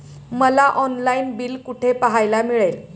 मला online bill कुठे पाहायला मिळेल?